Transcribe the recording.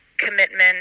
commitment